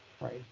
right